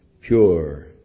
Pure